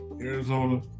Arizona